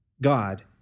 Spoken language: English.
God